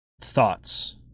thoughts